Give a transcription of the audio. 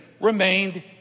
remained